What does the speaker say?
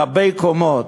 רבי-קומות,